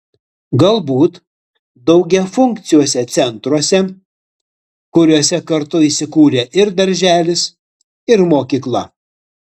galbūt daugiafunkciuose centruose kuriuose kartu įsikūrę ir darželis ir mokykla